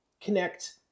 connect